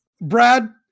Brad